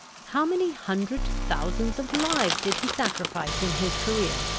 how many hundred thousands of lives did he sacrifice in his career?